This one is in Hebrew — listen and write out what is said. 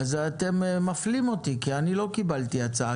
אז אתם מפלים אותי כי אני לא קיבלתי הצעה